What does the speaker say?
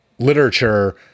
literature